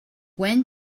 when